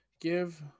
Give